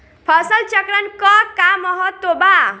फसल चक्रण क का महत्त्व बा?